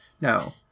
No